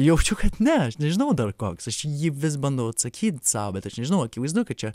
jaučiu kad ne aš nežinau dar koks aš į jį vis bandau atsakyt sau bet aš nežinau akivaizdu kad čia